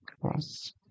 cross